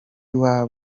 kumukoraho